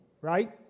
right